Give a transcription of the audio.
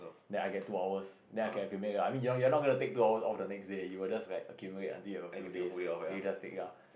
then I get two hours then I can accumulate I mean you are you are not gonna take two hours all the next day you will just like accumulate until you have a few days then you just take it out